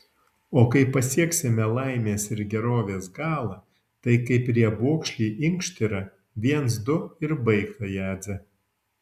o kai pasieksime laimės ir gerovės galą tai kaip riebokšlį inkštirą viens du ir baigta jadze